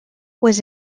was